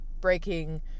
breaking